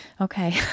okay